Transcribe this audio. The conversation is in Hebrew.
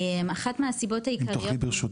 אחת הסיבות העיקריות לדעתי --- אם תוכלי בבקשה